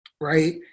right